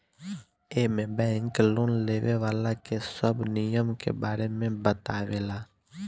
एमे bank loan लेवे वाला के सब नियम के बारे में बतावे ला